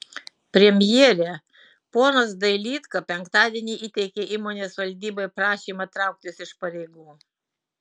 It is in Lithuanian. premjere ponas dailydka penktadienį įteikė įmonės valdybai prašymą trauktis iš pareigų